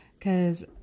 cause